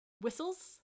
whistles